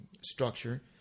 structure